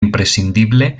imprescindible